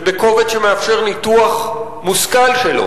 בקובץ שמאפשר ניתוח מושכל שלו.